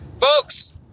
folks